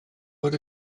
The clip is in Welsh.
fod